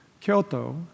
Kyoto